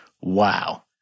Wow